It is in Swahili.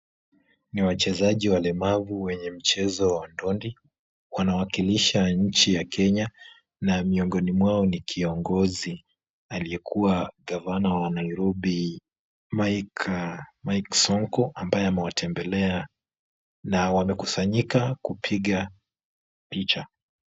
Ni wachezaji walemavu wenye mchezo wa ndondi wanawakilisha nchi ya Kenya na miongoni mwao ni kiongozi, aliyekuwa gavana wa Nairobi Mike Sonko ambaye amewatembelea na wamekusanyika kupiga picha.